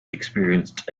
experienced